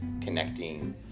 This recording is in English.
connecting